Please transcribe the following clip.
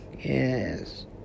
yes